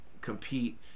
compete